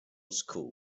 school